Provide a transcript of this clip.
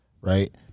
right